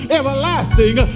everlasting